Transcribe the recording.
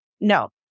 No